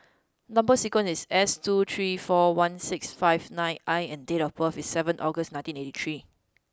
number sequence is S two three four one six five nine I and date of birth is seven August nineteen eighty three